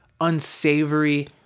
unsavory